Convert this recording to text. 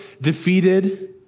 defeated